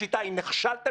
השיטה היא: נכשלתם?